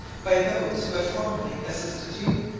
by those who have formerly assisted you,